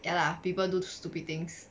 ya lah people do stupid things